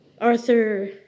Arthur